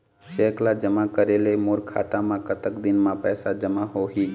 Cheque ला जमा करे ले मोर खाता मा कतक दिन मा पैसा जमा होही?